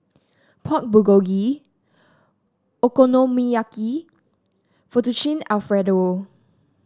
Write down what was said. Pork Bulgogi Okonomiyaki Fettuccine Alfredo